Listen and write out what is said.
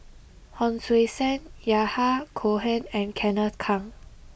Hon Sui Sen Yahya Cohen and Kenneth Keng